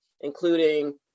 including